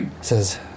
says